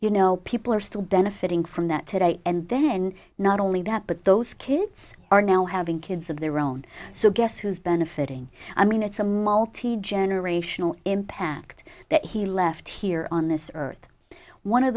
you know people are still benefiting from that today and then not only that but those kids are now having kids of their own so guess who's benefiting i mean it's a multi generational impact that he left here on this earth one of